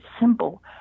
simple